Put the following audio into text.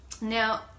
Now